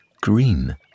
green